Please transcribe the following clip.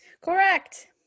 correct